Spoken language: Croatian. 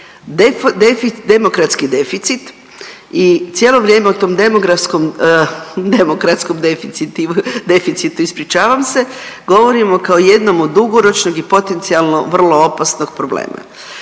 demokratski deficit i cijelo vrijeme o tom demografskom, demokratskom deficitu ispričavam se, govorimo kao jednom od dugoročno i potencijalno vrlo opasnog problema.